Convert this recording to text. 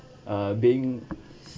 uh being